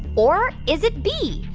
or is it b,